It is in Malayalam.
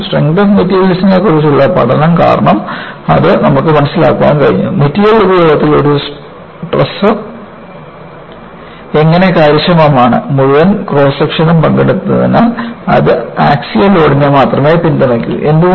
ആദ്യം സ്ട്രെങ്ത് ഓഫ് മെറ്റീരിയൽസ്നെക്കുറിച്ചുള്ള പഠനം കാരണം അത് നമുക്ക് മനസിലാക്കാൻ കഴിഞ്ഞു മെറ്റീരിയൽ ഉപയോഗത്തിൽ ഒരു ട്രസ് എങ്ങനെ കാര്യക്ഷമമാണ് മുഴുവൻ ക്രോസ് സെക്ഷനും പങ്കെടുക്കുന്നതിനാൽ ഇത് ആക്സിയൽ ലോഡിനെ മാത്രമേ പിന്തുണയ്ക്കൂ